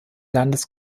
landes